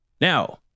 Now